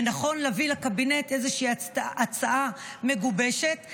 ונכון להביא לקבינט איזושהי הצעה מגובשת.